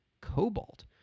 Cobalt